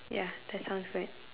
ya that's sounds good